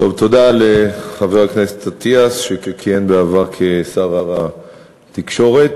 חבר הכנסת, נא לגשת למיקרופון ולקרוא את נוסח